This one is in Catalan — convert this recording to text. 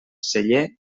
celler